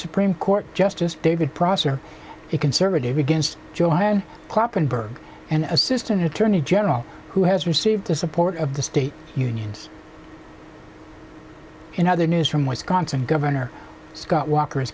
supreme court justice david prosser a conservative against joe kloppenburg and assistant attorney general who has received the support of the state unions in other news from wisconsin governor scott walker